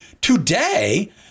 Today